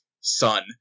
son